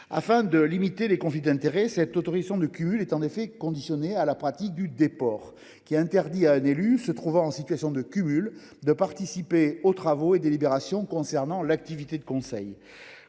Afin de limiter les conflits d’intérêts, cette autorisation de cumul est en effet conditionnée à la pratique du déport, qui interdit à un élu se trouvant en situation de cumul de participer aux travaux et aux délibérations concernant l’activité de conseil.